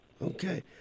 Okay